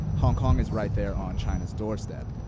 hong kong is right there on china's doorstep.